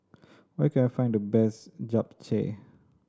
where can I find the best Japchae